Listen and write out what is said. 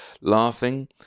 laughing